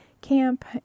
camp